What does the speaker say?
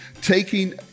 taking